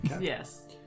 Yes